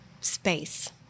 space